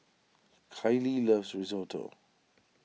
Kylie loves Risotto